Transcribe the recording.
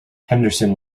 henderson